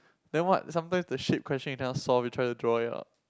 then what sometimes the shape question you cannot solve you try to draw it out